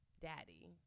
Daddy